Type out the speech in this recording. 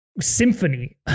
symphony